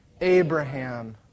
Abraham